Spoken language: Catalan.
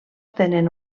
tenen